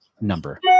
number